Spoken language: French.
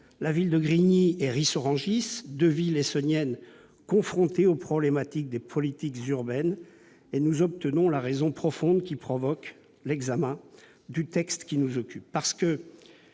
de Grigny et de Ris-Orangis, qui sont confrontées aux problématiques des politiques urbaines, et nous obtenons la raison profonde qui provoque l'examen du texte qui nous occupe.